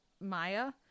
Maya